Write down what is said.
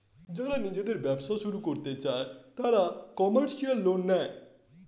যারা নিজেদের ব্যবসা শুরু করতে চায় তারা কমার্শিয়াল লোন নেয়